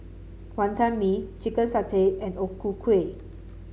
Wonton Mee Chicken Satay and O Ku Kueh